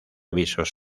avisos